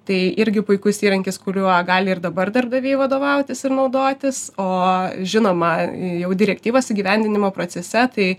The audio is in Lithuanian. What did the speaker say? tai irgi puikus įrankis kuriuo gali ir dabar darbdaviai vadovautis ir naudotis o žinoma jau direktyvos įgyvendinimo procese tai